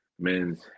men's